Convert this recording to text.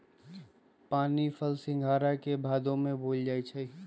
पानीफल सिंघारा के भादो में बोयल जाई छै